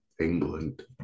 England